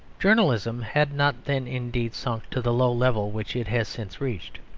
journalism had not then, indeed, sunk to the low level which it has since reached.